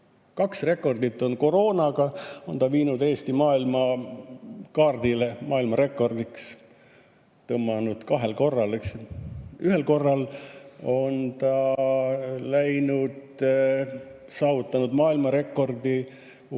Kaks rekordit koroonaga, ta on viinud Eesti maailmakaardile, maailmarekordiks tõmmanud kahel korral, eks. Ühel korral on ta saavutanud maailmarekordi Ukraina